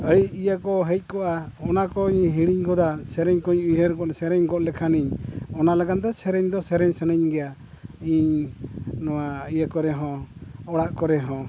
ᱟᱹᱰᱤ ᱤᱭᱟᱹ ᱠᱚ ᱦᱮᱡ ᱠᱚᱜᱼᱟ ᱚᱱᱟ ᱠᱚᱧ ᱦᱤᱲᱤᱧ ᱜᱚᱫᱟ ᱥᱮᱨᱮᱧ ᱠᱚᱧ ᱩᱭᱦᱟᱹᱨ ᱜᱚᱫᱟ ᱥᱮᱨᱮᱧ ᱜᱚᱫ ᱞᱮᱠᱷᱟᱱᱤᱧ ᱚᱱᱟ ᱞᱟᱹᱜᱤᱫ ᱛᱮ ᱥᱮᱨᱮᱧ ᱫᱚ ᱥᱮᱨᱮᱧ ᱥᱟᱱᱟᱧ ᱜᱮᱭᱟ ᱤᱧ ᱱᱚᱣᱟ ᱤᱭᱟᱹ ᱠᱚᱨᱮ ᱦᱚᱸ ᱚᱲᱟᱜ ᱠᱚᱨᱮ ᱦᱚᱸ